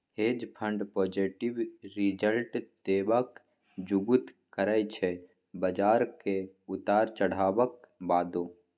हेंज fund positive result देबाक जुगुत करय छै बजारक उतार चढ़ाबक बादो